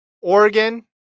Oregon